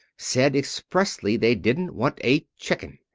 said expressly they didn't want a chicken.